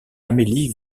amélie